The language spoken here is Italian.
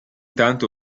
tanto